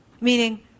Meaning